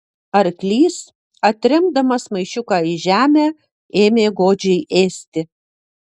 arklys atremdamas maišiuką į žemę ėmė godžiai ėsti